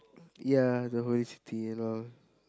ya the holy city and all